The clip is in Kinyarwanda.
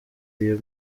rio